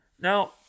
Now